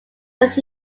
its